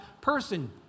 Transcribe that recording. person